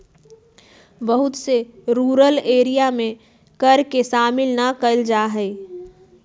बहुत से rural area में कर के शामिल ना कइल जा हई